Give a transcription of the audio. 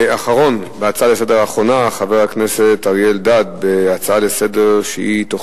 ההצעה האחרונה לסדר-היום היא הצעה לסדר-היום